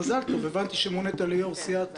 מזל טוב, הבנתי שמונית להיות יושב-ראש סיעת